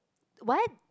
what